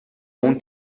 اون